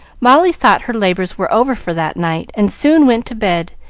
molly thought her labors were over for that night, and soon went to bed,